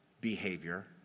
behavior